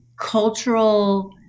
cultural